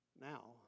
now